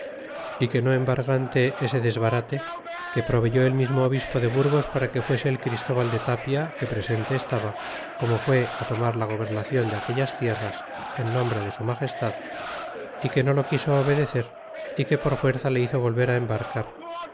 y que no embargante ese desbarate que proveyó el mismo obispo de burgos para que fuese el christóbal de tapia que presente estaba corno fu tomar la gobernacion de aquellas tierras en nombre de su magestad y que no lo quiso obedecer y que por fuerza le hizo volver embarcar